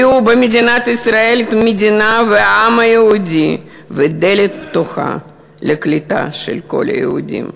ראו במדינת ישראל את מדינת העם היהודי ודלת פתוחה לקליטה של כל היהודים.